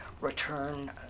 Return